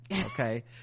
okay